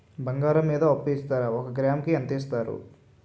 బంగారం మీద అప్పు ఇస్తారా? ఒక గ్రాము కి ఎంత ఇస్తారు?